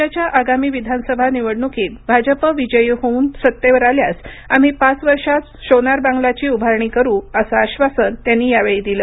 राज्याच्या आगामी विधानसभा निवडणुकीत भाजप विजयी होऊन सत्तेवर आल्यास आम्ही पाच वर्षात सोनार बांगलाची उभारणी करू असं आश्र्वासन त्यांनी यावेळी दिलं